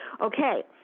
Okay